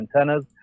antennas